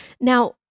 now